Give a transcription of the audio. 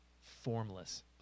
formless